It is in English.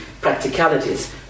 practicalities